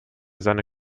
seine